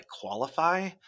qualify